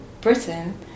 Britain